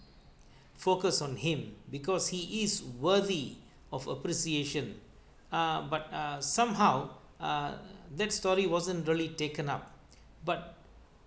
focus on him because he is worthy of appreciation uh but uh somehow uh that story wasn't really taken up but